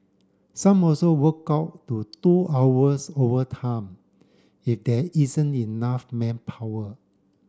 some also work up to two hours overtime if there isn't enough manpower